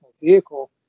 vehicle